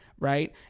right